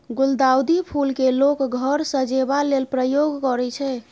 गुलदाउदी फुल केँ लोक घर सजेबा लेल प्रयोग करय छै